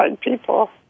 people